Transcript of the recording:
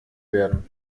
werden